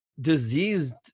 diseased